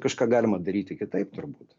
kažką galima daryti kitaip turbūt